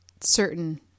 certain